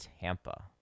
Tampa